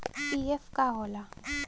PF का होला?